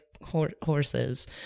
horses